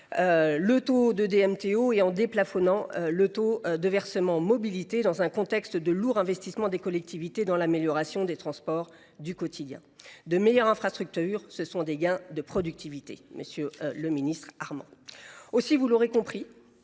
le taux des DMTO et en déplafonnant le taux du versement mobilité, dans un contexte de lourds investissements des collectivités pour l’amélioration des transports du quotidien. De meilleures infrastructures engendrent des gains de productivité, monsieur le ministre Armand ! Vous l’aurez compris,